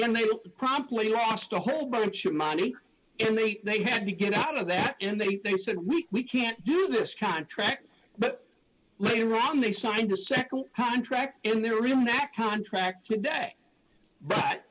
looked promptly lost a whole bunch of money and they they had to get out of that and they think said we we can't do this contract but later on they signed a nd hand track in their room that contract today but